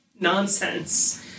Nonsense